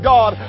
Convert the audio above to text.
God